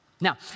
Now